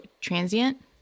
transient